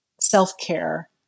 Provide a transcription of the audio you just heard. self-care